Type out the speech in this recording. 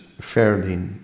fairly